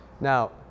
Now